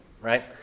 right